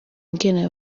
ingene